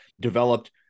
developed